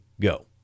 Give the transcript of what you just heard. go